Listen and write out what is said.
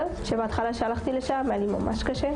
היא לא מאפשרת תכנון לטווח ארוך.